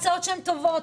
בהצעות טובות,